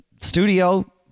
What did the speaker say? studio